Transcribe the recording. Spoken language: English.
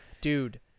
dude